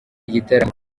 igitaramo